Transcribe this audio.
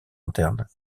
interne